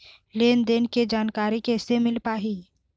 लेन देन के जानकारी कैसे मिल पाही?